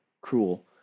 cruel